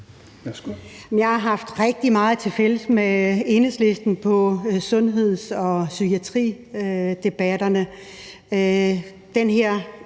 Jeg har haft rigtig meget tilfælles med Enhedslisten i sundheds- og psykiatridebatterne.